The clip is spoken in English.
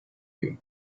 you